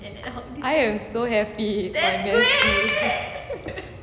I am so happy honestly